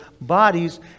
bodies